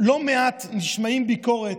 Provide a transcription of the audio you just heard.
לא מעט נשמעת ביקורת,